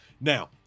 Now